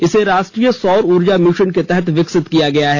इसे राष्ट्रीय सौर ऊर्जा मिशन के तहत विकसित किया गया है